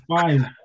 five